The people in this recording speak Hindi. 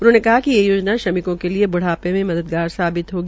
उन्होंने कहा कि ये योजना श्रमिकों के लिये बुढ़ापे में मददगार साबित होगी